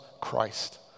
Christ